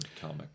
comic